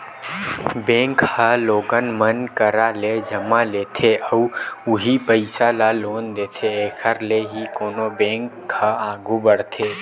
bank ह लोगन मन करा ले जमा लेथे अउ उहीं पइसा ल लोन देथे एखर ले ही कोनो बेंक ह आघू बड़थे